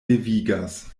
devigas